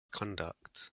conduct